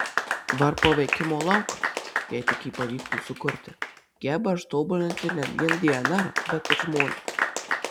varpo veikimo laukas jei tik jį pavyktų sukurti geba ištobulinti ne vien dnr bet ir žmones